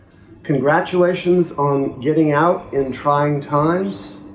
congratulations on getting out in trying times.